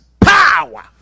power